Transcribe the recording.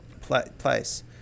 place